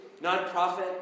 nonprofit